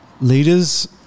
leaders